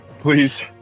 Please